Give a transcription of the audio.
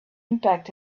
impact